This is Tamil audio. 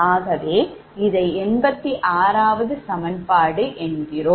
ஆகவே இதை 86 சமன்பாடு என்கிறோம்